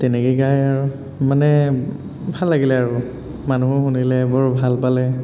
তেনেকে গাই আৰু মানে ভাল লাগিলে আৰু মানুহেও শুনিলে বৰ ভাল পালে